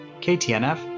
ktnf